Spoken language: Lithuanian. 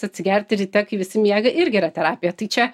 atsigerti ryte kai visi miega irgi yra terapija tai čia